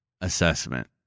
assessment